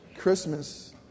Christmas